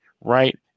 right